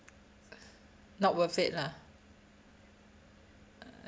not worth it lah